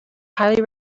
highly